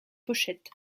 pochette